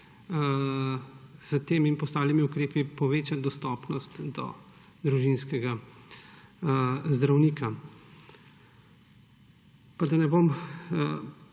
s tem in ostalimi ukrepi povečati dostopnost do družinskega zdravnika. Da ne bom